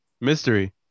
mystery